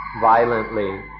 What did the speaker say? violently